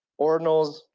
Ordinals